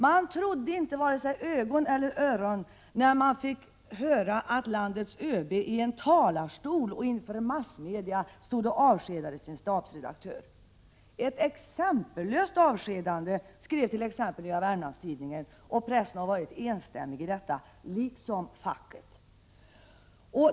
Man trodde inte vare sig ögon eller öron när man fick höra att landets ÖB i en talarstol och inför massmedia avskedade sin stabsredaktör. Ett exempel löst avskedande, skrev t.ex. Nya Wermlands-Tidningen, och pressen var enstämmig i detta, liksom facket.